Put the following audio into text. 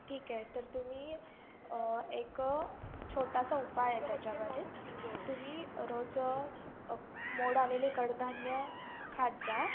ठीक आहे तर तुम्ही एक छोटासा उपाय आहे त्याच्यावर एक तुम्ही रोज मोड आणलेले कडधान्य खात जा